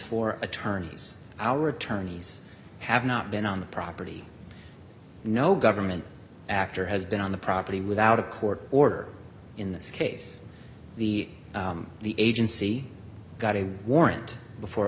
for attorneys our attorneys have not been on the property no government actor has been on the property without a court order in this case the the agency got a warrant before it